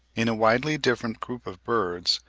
in a widely different group of birds,